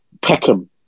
Peckham